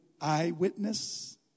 eyewitness